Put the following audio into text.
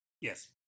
Yes